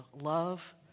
love